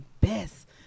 best